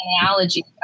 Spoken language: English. analogy